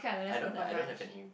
I don't have I don't have any